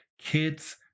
kids